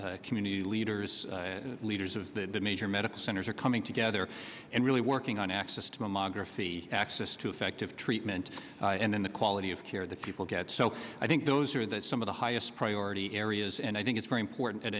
survivors community leaders leaders of the major medical centers are coming together and really working on access to mammography access to effective treatment and then the quality of care that people get so i think those are the some of the highest priority areas and i think it's very important at